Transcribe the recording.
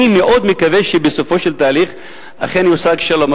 אני מאוד מקווה שבסופו של התהליך אכן יושג שלום.